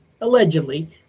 allegedly